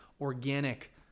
organic